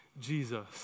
Jesus